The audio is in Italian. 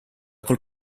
col